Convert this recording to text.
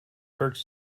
church